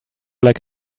like